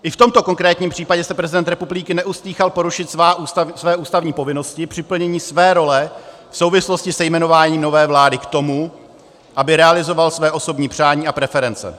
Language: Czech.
I v tomto konkrétním případě se prezident republiky neostýchal porušit své ústavní povinnosti při plnění své role v souvislosti se jmenováním nové vlády k tomu, aby realizoval své osobní přání a preference.